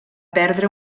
perdre